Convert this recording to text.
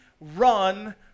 run